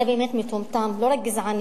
זה באמת מטומטם, לא רק גזעני.